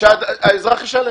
שהאזרח ישלם.